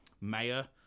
mayor